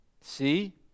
See